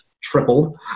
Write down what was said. tripled